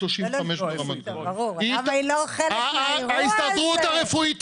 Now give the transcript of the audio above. למה היא לא חלק מהאירוע הזה?